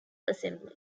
assembly